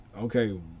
okay